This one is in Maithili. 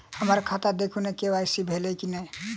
हम्मर खाता देखू नै के.वाई.सी भेल अई नै?